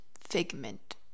figment